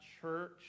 church